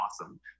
awesome